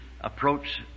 approach